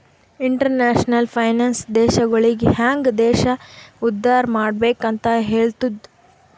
international finance ದೇಶಗೊಳಿಗ ಹ್ಯಾಂಗ್ ದೇಶ ಉದ್ದಾರ್ ಮಾಡ್ಬೆಕ್ ಅಂತ್ ಹೆಲ್ತುದ